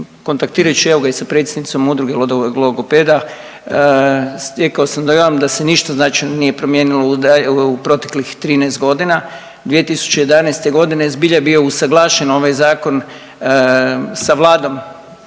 Kontaktirajući evo ga i sa predsjednicom Udruge logopeda stekao sam dojam da se ništa značajno nije promijenilo u proteklih 13.g., 2011.g. je zbilja bio usuglašen ovaj zakon sa Vladom